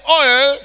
oil